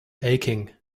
aching